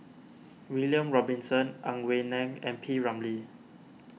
William Robinson Ang Wei Neng and P Ramlee